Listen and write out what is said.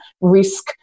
Risk